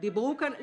חבל.